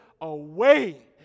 away